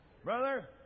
Brother